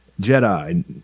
Jedi